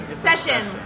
Session